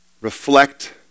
reflect